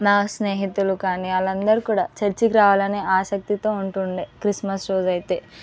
నా స్నేహితులు కానీ వాళ్ళందరూ కూడా చర్చి రావాలని ఆసక్తితో ఉంటుండే క్రిస్మస్ రోజైతే